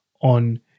on